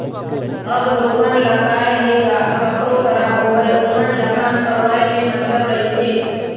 अब लोगन ल काय हे गा कखरो करा होवय ओमन ल काम करवाय ले मतलब रहिथे